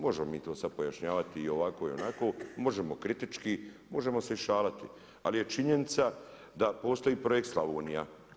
Možemo mi to sada pojašnjavati i ovako i onako, možemo kritički, možemo se i šaliti, ali je činjenica da postoji Projekt Slavonija.